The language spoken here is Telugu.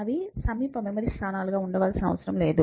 అవి సమీప మెమరీ స్థానాలుగా ఉండవలసిన అవసరం లేదు